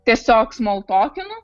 tiesiog smaltokinu